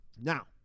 Now